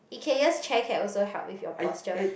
Ikea chair can also help with your posture